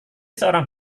seorang